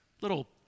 little